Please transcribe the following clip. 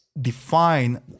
define